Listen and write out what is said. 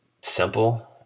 simple